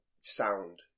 sound